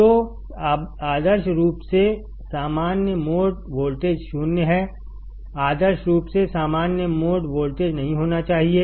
तो आदर्श रूप से सामान्य मोड वोल्टेज 0 हैआदर्श रूप से सामान्य मोड वोल्टेज नहीं होना चाहिए